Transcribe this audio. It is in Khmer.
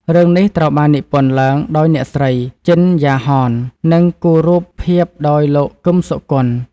រឿងនេះត្រូវបាននិពន្ធឡើងដោយអ្នកស្រី ជិន យ៉ាហន និងគូររូបភាពដោយលោក គឹម សុគន្ធ។